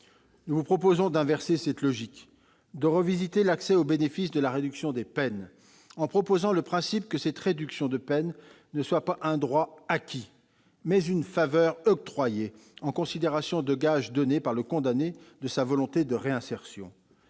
Nous vous proposons d'inverser cette logique, de revisiter l'accès au bénéfice de la réduction de peine, en posant le principe qu'elle est non pas un droit acquis, mais une faveur octroyée en considération des gages donnés par le condamné de sa volonté de réinsertion.